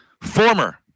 former